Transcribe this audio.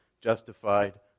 justified